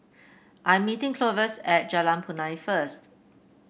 I am meeting Clovis at Jalan Punai first